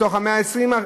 מתוך ה-120,